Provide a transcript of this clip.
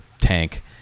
tank